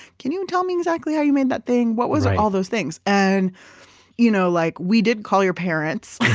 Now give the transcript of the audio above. can you and tell me exactly how you made that thing? what was all those things? and you know like we did call your parents,